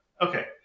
okay